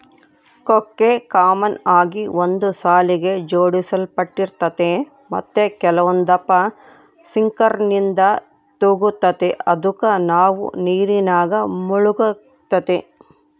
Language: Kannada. ಕೊಕ್ಕೆ ಕಾಮನ್ ಆಗಿ ಒಂದು ಸಾಲಿಗೆ ಜೋಡಿಸಲ್ಪಟ್ಟಿರ್ತತೆ ಮತ್ತೆ ಕೆಲವೊಂದಪ್ಪ ಸಿಂಕರ್ನಿಂದ ತೂಗ್ತತೆ ಅದುಕ ಅದು ನೀರಿನಾಗ ಮುಳುಗ್ತತೆ